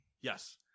Yes